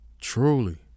Truly